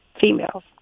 females